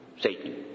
Satan